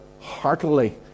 heartily